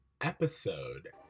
episode